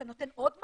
אתה נותן עוד מקל?